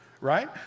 right